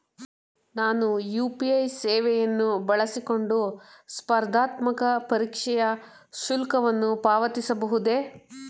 ನಾನು ಯು.ಪಿ.ಐ ಸೇವೆಯನ್ನು ಬಳಸಿಕೊಂಡು ಸ್ಪರ್ಧಾತ್ಮಕ ಪರೀಕ್ಷೆಯ ಶುಲ್ಕವನ್ನು ಪಾವತಿಸಬಹುದೇ?